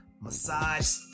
massage